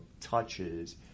touches